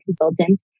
consultant